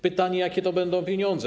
Pytanie, jakie to będą pieniądze.